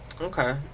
Okay